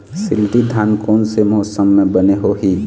शिल्टी धान कोन से मौसम मे बने होही?